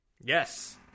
Yes